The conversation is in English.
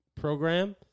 program